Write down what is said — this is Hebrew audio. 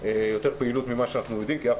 יותר פעילות ממה שאנחנו יודעים כי אף